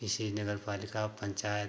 इसी नगरपालिका पंचायत